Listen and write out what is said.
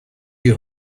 you